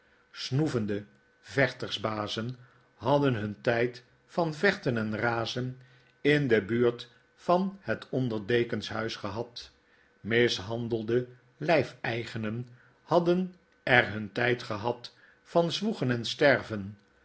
snoevende vechtersbazen hadden hun tijd van vechten en razen in de buurt van het onderdeken's huis gehad mishandelde lijfeigenen hadden er hun tijd gehad van zwoegen en sterven